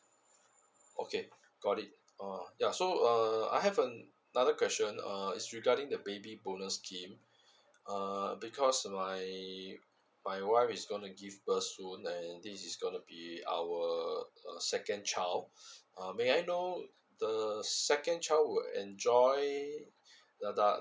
okay got it uh ya so uh I have another question uh is regarding the baby bonus scheme uh because my my wife is gonna give birth soon and this is gonna be our a second child uh may I know the second child will enjoy the the